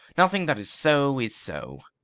nothing that is so is so.